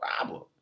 problem